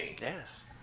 Yes